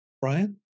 Brian